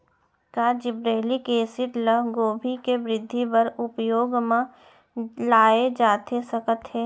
का gibberellic acid ल गोभी के वृद्धि बर उपयोग म लाये जाथे सकत हे?